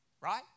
Right